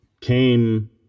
came